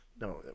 no